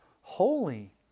holy